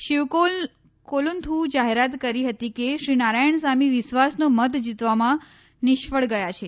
શિવકોલુન્થુ જાહેરાત કરી હતી કે શ્રી નારાયણસામી વિશ્વાસનો મત જીતવામાં નિષ્ફળ ગયા છે